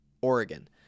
oregon